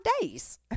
days